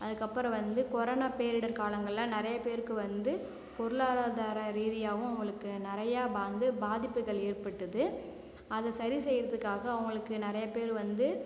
அதுக்கு அப்புறம் வந்து கொரோனா பேரிடர் காலங்களில் நிறைய பேருக்கு வந்து பொருளாதார ரீதியாகவும் அவங்களுக்கு நிறையா வந்து பாதிப்புகள் ஏற்பட்டுது அதை சரி செய்யிறதுக்காக அவங்களுக்கு நிறைய பேர் வந்து